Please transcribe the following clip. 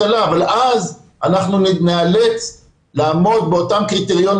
אבל אז אנחנו ניאלץ לעמוד באותם קריטריונים